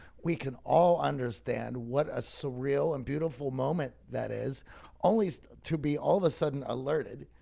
we can all understand what a surreal and beautiful moment that is only so to be all of a sudden alerted.